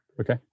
Okay